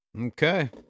Okay